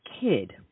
kid